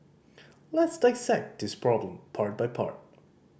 let's dissect this problem part by part